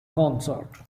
consort